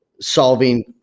solving